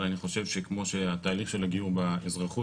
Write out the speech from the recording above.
כאשר כל אדם יוכל לבחור,